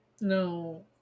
No